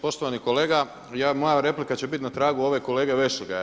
Poštovani kolega, moja replika će biti na tragu ove kolege Vešligaja.